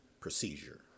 procedure